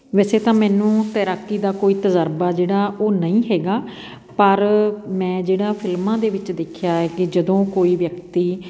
ਵੈਸੇ ਤਾਂ ਮੈਨੂੰ ਤੈਰਾਕੀ ਦਾ ਕੋਈ ਤਜ਼ਰਬਾ ਜਿਹੜਾ ਉਹ ਨਹੀਂ ਹੈਗਾ ਪਰ ਮੈਂ ਜਿਹੜਾ ਫਿਲਮਾਂ ਦੇ ਵਿੱਚ ਦੇਖਿਆ ਹੈ ਕਿ ਜਦੋਂ ਕੋਈ ਵਿਅਕਤੀ